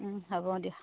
হ'ব দিয়া